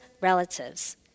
relatives